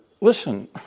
listen